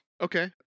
okay